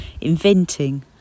inventing